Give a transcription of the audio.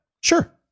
Sure